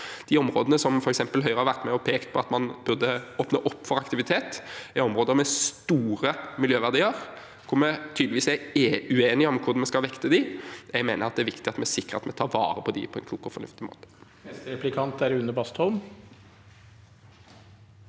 De områdene som f.eks. Høyre har vært med og pekt på at man burde åpne opp for aktivitet i, er områder med store miljøverdier, og vi er tydeligvis uenige om hvordan vi skal vekte dem. Jeg mener det er viktig at vi sikrer at vi tar vare på dem på en klok og fornuftig måte.